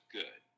good